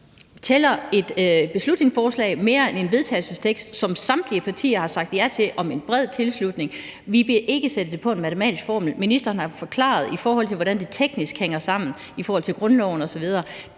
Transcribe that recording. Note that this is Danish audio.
tæller et beslutningsforslag mere end en vedtagelsestekst, som samtlige partier har sagt ja til, om en bred tilslutning? Vi vil ikke sætte det på en matematisk formel. Ministeren har jo forklaret, hvordan det teknisk hænger sammen i forhold til grundloven osv.